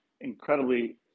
incredibly